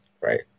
right